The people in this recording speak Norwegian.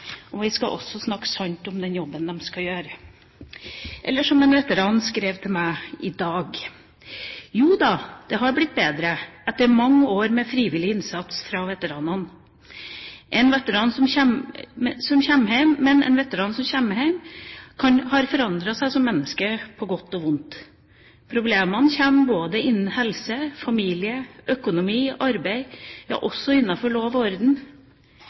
Vi skal også snakke sant om den jobben som skal gjøres. Eller som en veteran skrev til meg i dag: Jo da, det har blitt bedre etter mange år med frivillig innsats fra veteranene. En veteran som kommer hjem, har forandret seg som menneske, på godt og vondt. Problemene kommer både innen helse, familie, økonomi, arbeid, ja også innenfor lov og orden.